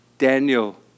Daniel